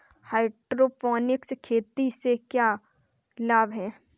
Hydroponic खेती से क्या लाभ हैं?